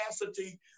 capacity